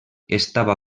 estava